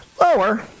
lower